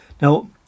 Now